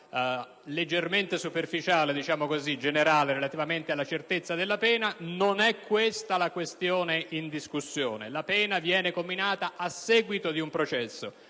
leggermente superficiale e generale sulla certezza della pena, ma non è questa la questione in discussione. La pena viene comminata a seguito di un processo,